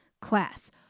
class